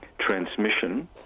transmission